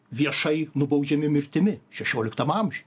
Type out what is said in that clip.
viešai nubaudžiami mirtimi šešioliktam amžiuj